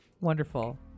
Wonderful